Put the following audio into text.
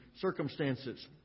circumstances